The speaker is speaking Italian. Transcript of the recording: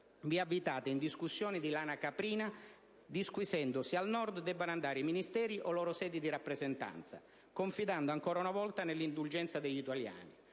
vi avvitate in discussioni di lana caprina disquisendo se al Nord debbano andare i Ministeri o loro sedi di rappresentanza, confidando ancora una volta nell'indulgenza degli italiani.